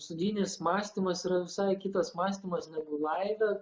studijinis mąstymas yra visai kitas mąstymas negu laive